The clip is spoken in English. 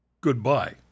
Goodbye